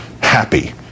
happy